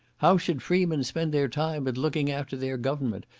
how should freemen spend their time, but looking after their government,